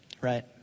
right